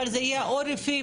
אבל זה או לפי,